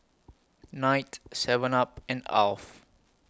Knight Seven up and Alf